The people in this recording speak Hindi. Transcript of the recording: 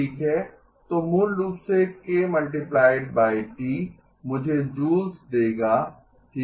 तो मूल रूप से k × T मुझे जूल्स देगा ठीक है